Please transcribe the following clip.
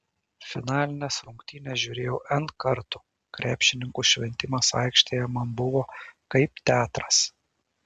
finalines rungtynes žiūrėjau n kartų krepšininkų šventimas aikštėje man buvo kaip teatras